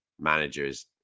Managers